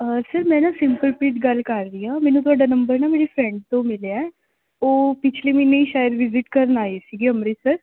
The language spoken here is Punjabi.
ਸਰ ਮੈਂ ਨਾ ਸਿੰਪਲਪ੍ਰੀਤ ਗੱਲ ਕਰ ਰਹੀ ਹਾਂ ਮੈਨੂੰ ਤੁਹਾਡਾ ਨੰਬਰ ਨਾ ਮੇਰੀ ਫਰੈਂਡ ਤੋਂ ਮਿਲਿਆ ਉਹ ਪਿਛਲੇ ਮਹੀਨੇ ਹੀ ਸ਼ਾਇਦ ਵਿਜ਼ਿਟ ਕਰਨ ਆਈ ਸੀਗੀ ਅੰਮ੍ਰਿਤਸਰ